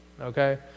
okay